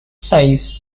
size